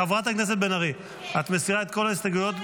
חברת הכנסת בן ארי, את מסירה את כל ההסתייגויות?